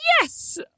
yes